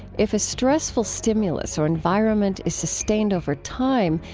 if a stressful stimulus or environment is sustained over time,